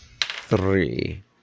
three